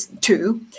two